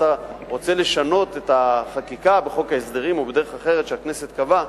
אתה רוצה לשנות את החקיקה בחוק ההסדרים או בדרך אחרת שהכנסת קבעה?